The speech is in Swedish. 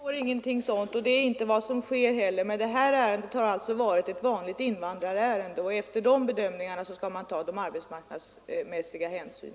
Herr talman! Det står ingenting sådant och det sker inte heller. Detta ärende har varit ett vanligt invandrarärende, och då skall man ta arbetsmarknadsmässiga hänsyn.